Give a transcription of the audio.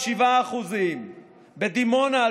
7%; בדימונה,